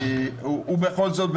ובכל זאת,